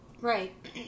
right